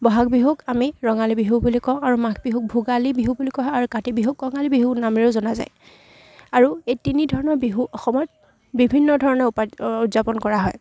বহাগ বিহুক আমি ৰঙালী বিহু বুলি কওঁ আৰু মাঘ বিহুক ভোগালী বিহু বুলি কোৱা হয় আৰু কাতি বিহুক কঙালী বিহু নামেৰেও জনা যায় আৰু এই তিনি ধৰণৰ বিহু অসমত বিভিন্ন ধৰণে উপা উপযাপন কৰা হয়